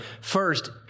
First